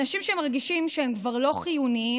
אנשים שמרגישים שהם כבר לא חיוניים,